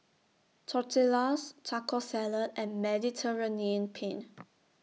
Tortillas Taco Salad and Mediterranean Penne